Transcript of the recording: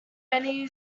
many